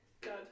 Good